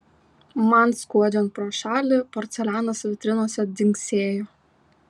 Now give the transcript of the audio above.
man skuodžiant pro šalį porcelianas vitrinose dzingsėjo